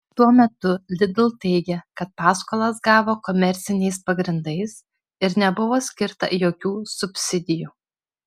tuo metu lidl teigia kad paskolas gavo komerciniais pagrindais ir nebuvo skirta jokių subsidijų